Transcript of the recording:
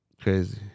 Crazy